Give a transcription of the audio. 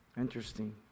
Interesting